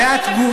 ואתה מגן עליו.